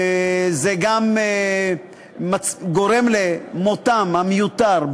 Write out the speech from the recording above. זה גם גורם למותם המיותר,